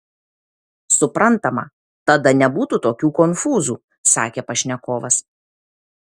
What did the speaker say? suprantama tada nebūtų tokių konfūzų sakė pašnekovas